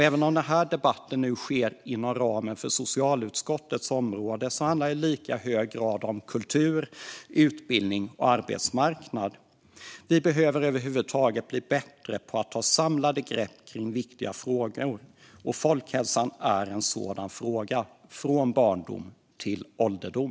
Även om denna debatt nu sker inom ramen för socialutskottets område handlar det i lika hög grad om kultur, utbildning och arbetsmarknad. Vi behöver över huvud taget bli bättre på att ta samlade grepp om viktiga frågor. Och folkhälsan är en sådan fråga - från barndom till ålderdom.